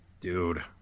Dude